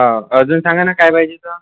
हा अजून सांगा ना काय पाहिजे का